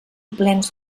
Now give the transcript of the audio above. plens